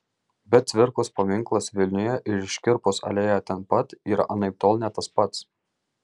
bet cvirkos paminklas vilniuje ir škirpos alėja ten pat yra anaiptol ne tas pats